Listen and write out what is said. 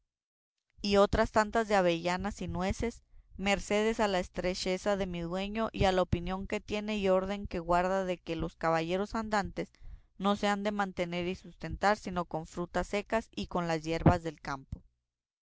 y otras tantas de avellanas y nueces mercedes a la estrecheza de mi dueño y a la opinión que tiene y orden que guarda de que los caballeros andantes no se han de mantener y sustentar sino con frutas secas y con las yerbas del campo